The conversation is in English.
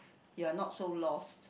you are not so lost